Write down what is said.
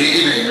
הנה,